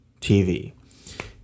TV